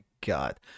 god